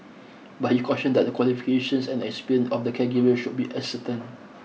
but he cautioned that the qualifications and experience of the caregiver should be ascertained